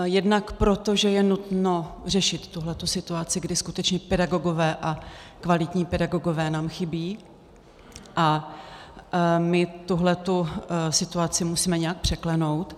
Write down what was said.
Jednak proto, že je nutno řešit tuto situaci, kdy skutečně pedagogové a kvalitní pedagogové nám chybí, a my tuto situaci musíme nějak překlenout.